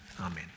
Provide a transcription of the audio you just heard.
amen